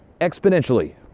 exponentially